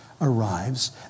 arrives